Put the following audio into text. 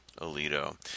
Alito